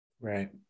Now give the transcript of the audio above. Right